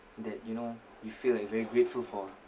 that you know you feel like you're very grateful for ah